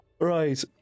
Right